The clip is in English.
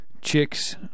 chicks